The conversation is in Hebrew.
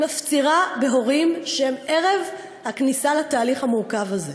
אני מפצירה בהורים שהם ערב הכניסה לתהליך המורכב הזה,